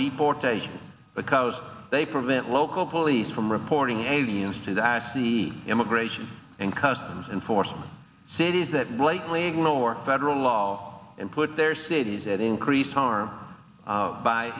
deportation because they prevent local police from reporting a b s t that the immigration and customs enforcement cities that blatantly ignore federal law and put their cities at increased harm